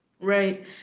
Right